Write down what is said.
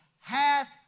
hath